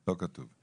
לא כתוב.